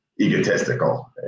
egotistical